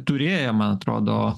turėję man atrodo